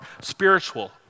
spiritual